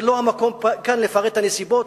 וכאן לא המקום לפרט את הנסיבות,